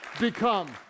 become